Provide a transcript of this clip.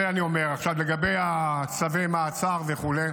ולגבי צווי המעצר וכו',